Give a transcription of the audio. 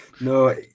No